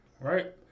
right